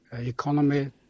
economy